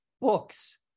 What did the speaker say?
books